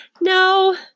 No